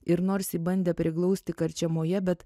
ir nors jį bandė priglausti karčiamoje bet